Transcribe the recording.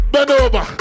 Benova